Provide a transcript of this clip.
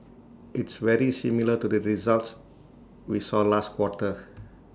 it's very similar to the results we saw last quarter